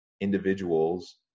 individuals